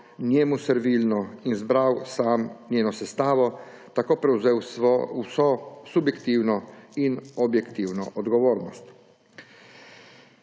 njemu servilno, in izbral sam njeno sestavo ter tako prevzel vso subjektivno in objektivno odgovornost.